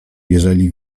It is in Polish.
jeżeli